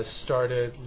started